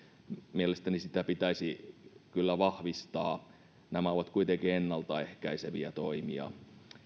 mielestäni sitä pitäisi kyllä vahvistaa nämä ovat kuitenkin ennalta ehkäiseviä toimia